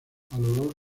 olor